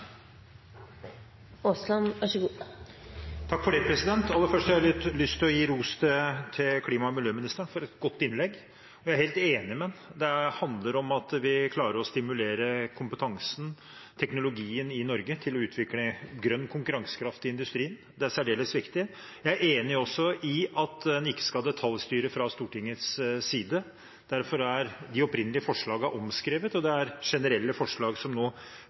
å gi ros til klima- og miljøministeren for et godt innlegg. Jeg er helt enig med ham: Det handler om at vi klarer å stimulere den teknologiske kompetansen i Norge til å utvikle grønn konkurransekraft i industrien. Det er særdeles viktig. Jeg er også enig i at en ikke skal detaljstyre fra Stortingets side. Derfor er de opprinnelige forslagene omskrevet, og det er generelle forslag som nå